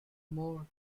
more